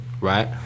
right